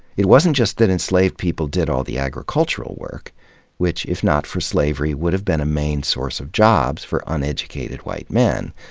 it wasn't just that enslaved people did all the agricultural work which, if not for slavery, would have been a main source of jobs for uneducated white men.